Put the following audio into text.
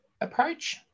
approach